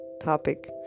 topic